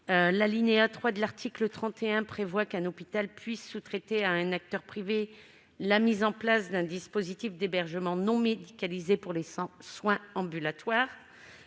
L'alinéa 3 de cet article permet à un hôpital de sous-traiter à un acteur privé la mise en place d'un dispositif d'hébergement non médicalisé pour les soins ambulatoires.